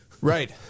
Right